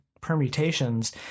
permutations